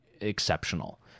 exceptional